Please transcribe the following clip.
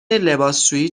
لباسشویی